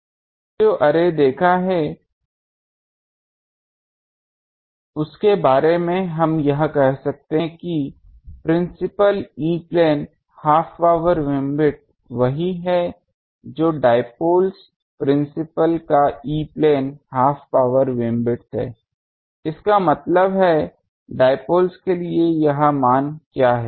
अब हमने जो अर्रे देखा है उसके बारे में हम यह कह सकते हैं कि principal E plane half power beamwidth वही है जो डाइपोल्स प्रिंसिपल का E plane half power beamwidth है इसका मतलब है डाइपोल के लिए यह मान क्या है